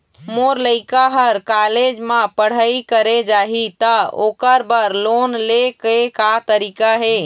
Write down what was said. मोर लइका हर कॉलेज म पढ़ई करे जाही, त ओकर बर लोन ले के का तरीका हे?